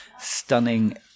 stunning